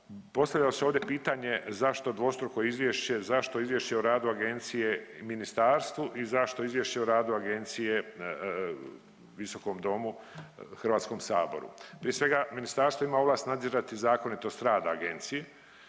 Postavljalo se ovdje pitanje zašto dvostruko izvješće, zašto izvješće o radu agencije ministarstvu i zašto izvješće o radu agencije visokom domu, HS? Prije svega ministarstvo ima ovlast nadzirati zakonitost rada agencije